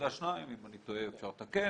2.2 מיליון, אם אני טועה, אפשר לתקן,